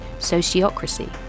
sociocracy